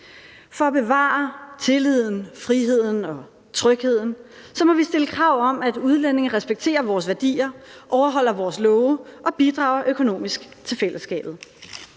For at bevare tilliden, friheden og trygheden må vi stille krav om, at udlændinge respekterer vores værdier, overholder vores love og bidrager økonomisk til fællesskabet.